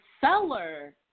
seller